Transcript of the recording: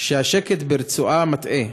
שהשקט ברצועה מטעה.